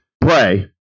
pray